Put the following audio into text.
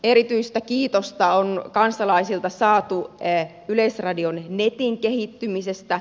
erityistä kiitosta on kansalaisilta saatu yleisradion netin kehittymisestä